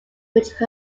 which